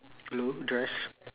blue dress